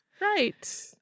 Right